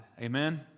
Amen